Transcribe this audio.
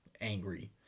angry